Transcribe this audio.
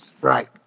Right